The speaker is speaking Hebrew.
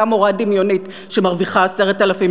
אותה מורה דמיונית שמרוויחה 10,000